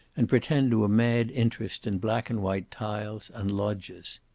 and pretend to a mad interest in black and white tiles and loggias.